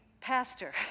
Pastor